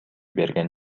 берген